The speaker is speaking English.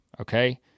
okay